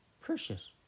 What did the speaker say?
precious